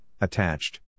attached